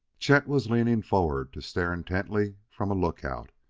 chet was leaning forward to stare intently from a lookout,